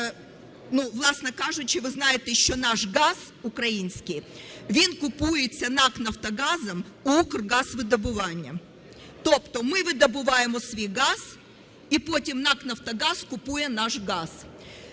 власне кажучи, ви знаєте, що наш газ український, він купується НАК "Нафтогаз" у Укргазвидобування. Тобто ми видобуваємо свій газ, і потім НАК "Нафтогаз" купує наш газ.